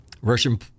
Russian